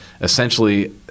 essentially